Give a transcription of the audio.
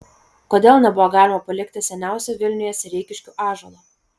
kodėl nebuvo galima palikti seniausio vilniuje sereikiškių ąžuolo